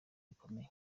bikomeye